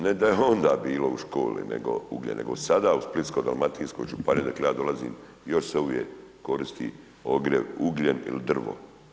Ne da je onda bilo u školi ugljen nego sada u Splitsko-dalmatinskoj županiji odakle ja dolazim još se uvijek koristi ogrjev, ugljen ili drvo.